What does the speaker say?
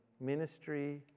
ministry